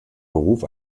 beruf